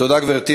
תודה, גברתי.